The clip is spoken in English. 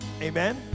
amen